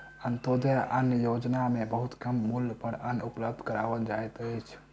अन्त्योदय अन्न योजना में बहुत कम मूल्य पर अन्न उपलब्ध कराओल जाइत अछि